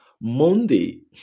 Monday